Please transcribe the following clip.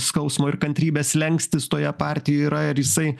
skausmo ir kantrybės slenkstis toje partijoj yra ir jisai